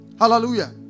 Hallelujah